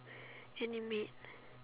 animate